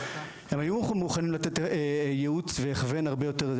הם היו מוכנים לתת ייעוץ והכוון הרבה יותר,